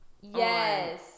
Yes